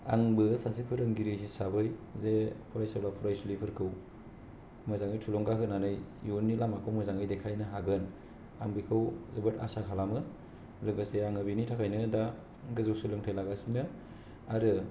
आंबो सासे फोरोंगिरि हिसाबै जे फरायसुला फरायसुलिफोरखौ मोजाङै थुलुंगा होनानै इयुननि लामाखौ मोजाङै देखायनो हागोन आं बेखौ जोबोद आसा खालामो लोगोसे आङो बिनि थाखायनो दा गोजौ सोलोंथाय लागासिनो आरो